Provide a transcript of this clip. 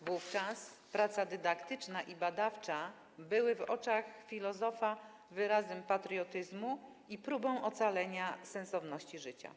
Wówczas praca dydaktyczna i badawcza były w oczach filozofa wyrazem patriotyzmu i próbą ocalenia sensowności życia.